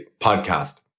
podcast